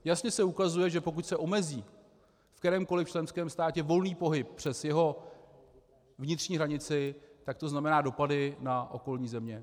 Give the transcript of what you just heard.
Jasně se ukazuje, že pokud se omezí v kterémkoliv členském státě volný pohyb přes jeho vnitřní hranici, tak to znamená dopady na okolní země.